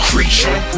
Creature